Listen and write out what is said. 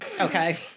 Okay